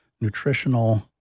nutritional